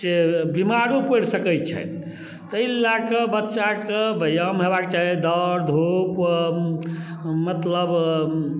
से बीमारो पड़ि सकै छथि ताहि लऽ कऽ बच्चाके व्यायाम हेबाके चाही दौड़ धूप मतलब